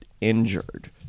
injured